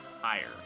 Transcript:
higher